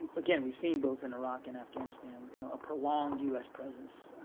again, we've seen both in iraq and afghanistan you know a prolonged u s. presence